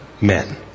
Men